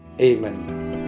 Amen